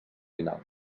final